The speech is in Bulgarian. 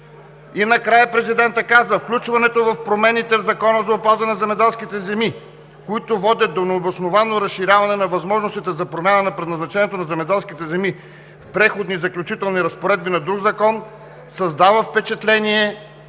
И на края президентът казва: „Включването на промени в Закона за опазване на земеделските земи, които водят до необосновано разширяване на възможностите за промяна на предназначението на земеделските земи в Преходните и заключителните разпоредби на друг закон създава впечатление,